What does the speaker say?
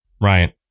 right